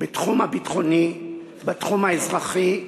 בתחום הביטחוני, בתחום האזרחי,